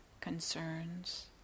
concerns